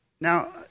Now